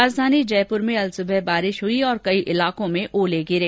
राजधानी जयपुर में अल सुबह बारिश हुई और कई इलाकों में ओले गिरे